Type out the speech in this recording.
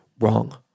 Wrong